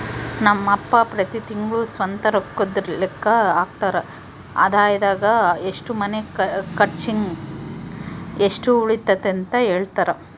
ನಮ್ ಅಪ್ಪ ಪ್ರತಿ ತಿಂಗ್ಳು ಸ್ವಂತ ರೊಕ್ಕುದ್ ಲೆಕ್ಕ ಹಾಕ್ತರ, ಆದಾಯದಾಗ ಎಷ್ಟು ಮನೆ ಕರ್ಚಿಗ್, ಎಷ್ಟು ಉಳಿತತೆಂತ ಹೆಳ್ತರ